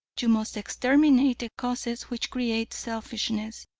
you must exterminate the causes which create selfishness.